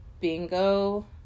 Bingo